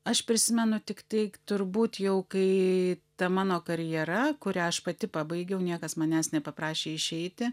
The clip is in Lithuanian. aš prisimenu tik tai turbūt jau kai ta mano karjera kurią aš pati pabaigiau niekas manęs nepaprašė išeiti